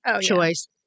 choice